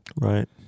Right